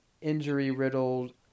injury-riddled